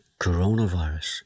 coronavirus